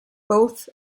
both